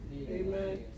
Amen